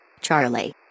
Charlie